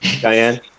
Diane